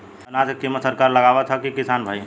अनाज क कीमत सरकार लगावत हैं कि किसान भाई?